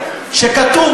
שהוא יעשה bypass,